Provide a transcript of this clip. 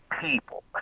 people